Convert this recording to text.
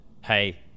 Hey